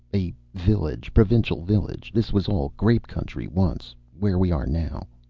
a village. provincial village. this was all grape country, once. where we are now.